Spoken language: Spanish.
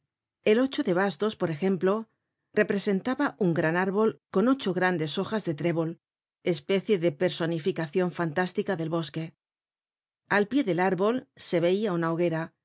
el ocho de bastos por ejemplo representaba un gran árbol con ocho grandes hojas de trébol especie de personificacion fantástica del bosque al pie del árbol se veia una hoguera